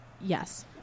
yes